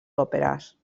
òperes